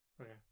okay